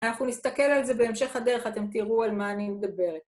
אנחנו נסתכל על זה בהמשך הדרך, אתם תראו על מה אני מדברת.